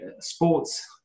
sports